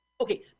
okay